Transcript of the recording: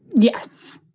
yes,